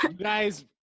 Guys